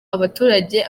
abaturage